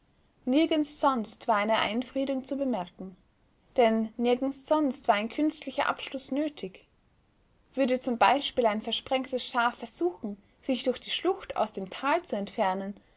nirgends sonst war eine einfriedigung zu bemerken denn nirgends sonst war ein künstlicher abschluß nötig würde zum beispiel ein versprengtes schaf versuchen sich durch die schlucht aus dem tal zu entfernen